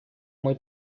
muy